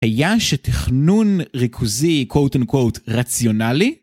היה שתכנון ריכוזי, quote unquote, רציונלי